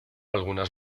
algunas